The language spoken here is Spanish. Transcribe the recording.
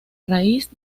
raíz